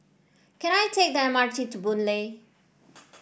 can I take the M R T to Boon Lay